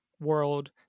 world